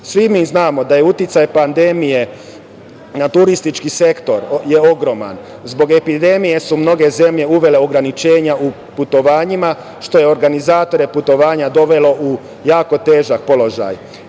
BDP.Svi mi znamo da je uticaj pandemije na turistički sektor ogroman. Zbog epidemije su mnoge zemlje uvele ograničenja u putovanjima, što je organizatore putovanja dovelo u jako težak položaj.